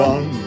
One